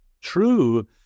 true